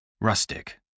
Rustic